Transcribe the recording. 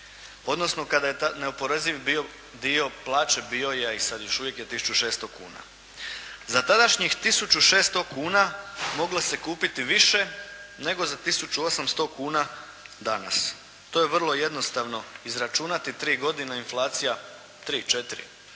odnosno kada je taj neoporeziv dio plaće bio, a i sad još uvijek je 1600 kuna. Za tadašnjih 1600 kuna moglo se kupiti više nego za 1800 kuna danas. To je vrlo jednostavno izračunati. Tri godine inflacija tri, četiri